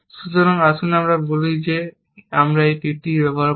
সুতরাং আসুন আমরা বলি যে আমরা এই তীরটি ব্যবহার করি